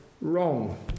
wrong